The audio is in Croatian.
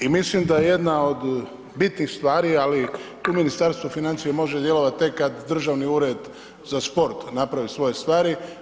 I mislim da je jedna od bitnih stvari ali tu Ministarstvo financija može djelovati tek kad Državni ured za sport napravi svoje stvari.